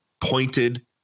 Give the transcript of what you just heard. pointed